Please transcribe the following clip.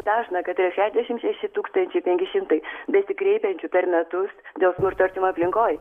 dažna kad ir šešiasdešim šeši tūkstančiai penki šimtai besikreipiančių per metus dėl smurto artimoj aplinkoj